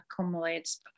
accumulates